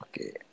Okay